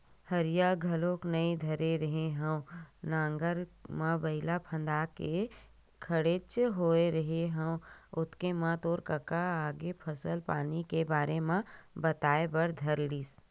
हरिया घलोक नइ धरे रेहे हँव नांगर म बइला फांद के खड़ेच होय रेहे हँव ओतके म तोर कका आगे फसल पानी के बारे म बताए बर धर लिस